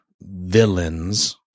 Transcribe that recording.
villains